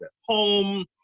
home